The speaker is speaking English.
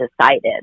decided